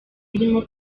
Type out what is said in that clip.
birimo